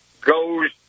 goes